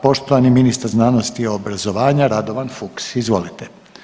Poštovani ministar znanosti i obrazovanja Radovan Fuchs, izvolite.